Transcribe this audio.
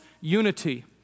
unity